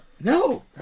No